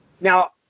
Now